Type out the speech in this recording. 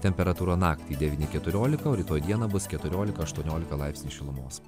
temperatūra naktį devyni keturiolika o rytoj dieną bus keturiolika aštuoniolika laipsnių šilumos